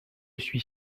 suis